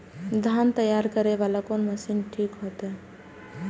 धान तैयारी करे वाला कोन मशीन ठीक होते?